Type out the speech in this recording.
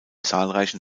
zahlreichen